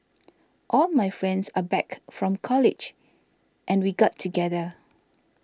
all my friends are back from college and we got together